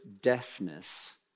deafness